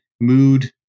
mood